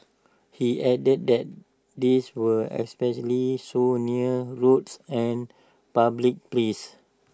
he added that this was especially so near roads and public places